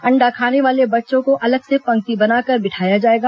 अंडा खाने वाले बच्चों को अलग से पंक्ति बनाकर बिठाया जाएगा